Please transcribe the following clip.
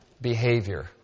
behavior